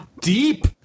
deep